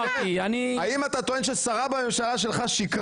האם אתה טוען ששרה בממשלה שלך שיקרה?